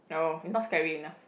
oh it's not scary enough